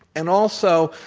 and also,